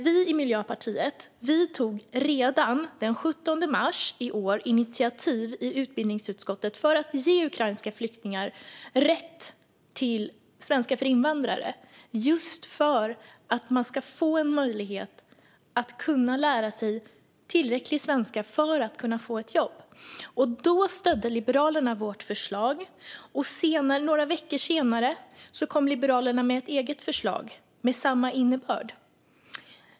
Vi i Miljöpartiet tog redan den 17 mars i år initiativ i utbildningsutskottet till att ge ukrainska flyktingar rätt till svenska för invandrare just för att de ska få en möjlighet att lära sig tillräcklig svenska för att kunna få ett jobb. Då stödde Liberalerna vårt förslag, och några veckor senare kom Liberalerna med ett eget förslag med samma innebörd.